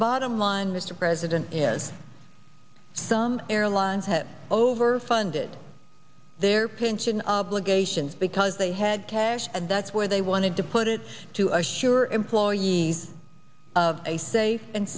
bottom line mr president is some airlines have overfunded their pension obligations because they had cash and that's where they wanted to put it to assure employees of a safe and